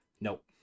Nope